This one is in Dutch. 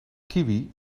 kiwi